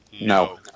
No